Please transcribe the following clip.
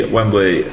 Wembley